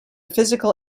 physical